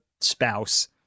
spouse